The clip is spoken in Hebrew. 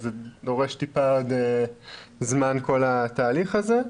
זה דורש טיפה זמן כל התהליך הזה,